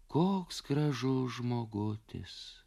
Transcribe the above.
koks gražus žmogutis